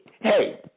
hey